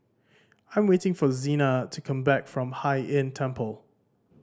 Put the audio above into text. I am waiting for Zena to come back from Hai Inn Temple